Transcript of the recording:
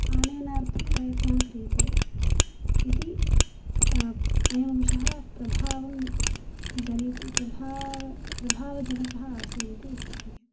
आनयनार्थं प्रयत्नः क्रियते इति अयम् अंशः प्रभावं जनि प्रभाव प्रभावजनकः आसीदिति वक्तुं शक्यते